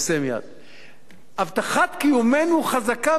הבטחת קיומנו חזקה מכל שיח בבית הזה,